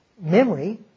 memory